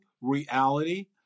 reality